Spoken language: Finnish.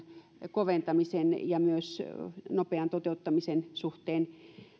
koventamisen ja myös nopean toteuttamisen suhteen